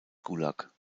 gulag